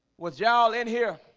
what's y'all in here?